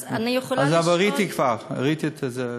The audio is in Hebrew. אבל ראיתי את זה כבר.